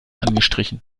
angestrichen